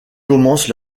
commencent